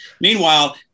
Meanwhile